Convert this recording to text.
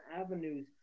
avenues